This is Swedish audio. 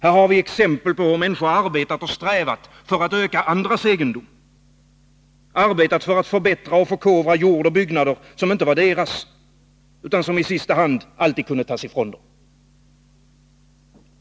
Här har vi exempel på hur människor har arbetat och strävat för att öka andras egendom, arbetat för att förbättra och förkovra jord och byggnader, som inte var deras utan som i sista hand alltid kunde tas ifrån dem.